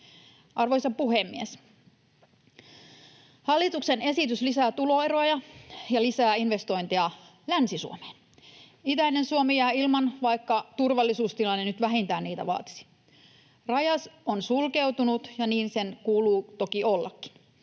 Arvoisa puhemies! Hallituksen esitys lisää tuloeroja ja lisää investointeja Länsi-Suomeen. Itäinen Suomi jää ilman, vaikka turvallisuustilanne nyt vähintään niitä vaatisi. Raja on sulkeutunut, ja niin sen kuuluu toki ollakin.